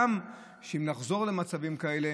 ואם נחזור למצבים כאלה,